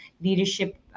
leadership